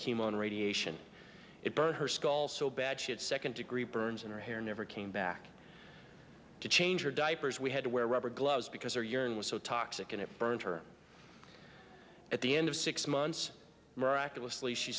chemo and radiation it burned her skull so bad she had second degree burns and her hair never came back to change your diapers we had to wear rubber gloves because her urine was so toxic and it burned her at the end of six months miraculously she